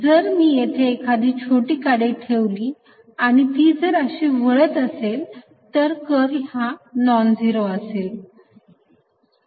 जर मी येथे एखादी छोटी काडी ठेवली आणि ती जर अशी वळत असेल तर कर्ल हा नॉन झिरो असेल